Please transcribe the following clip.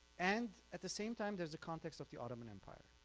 and at the same time there's the context of the ottoman empire